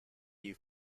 you